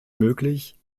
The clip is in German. möglich